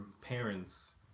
parents